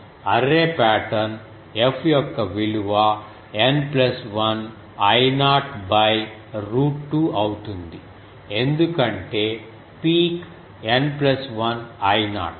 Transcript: array pattern F యొక్క విలువ N 1 I0 root 2 అవుతుంది ఎందుకంటే పీక్ N 1 I0